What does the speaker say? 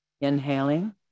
Inhaling